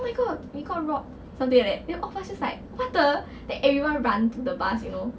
oh my god we got robbed something like that then all of us just like what the then everyone run to the bus you know